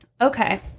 Okay